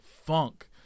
funk